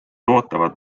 ootavad